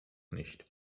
nicht